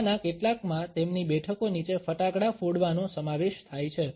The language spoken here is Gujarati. તેમાંના કેટલાકમા તેમની બેઠકો નીચે ફટાકડા ફોડવાનો સમાવેશ થાય છે